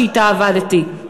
שאתה עבדתי.